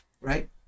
right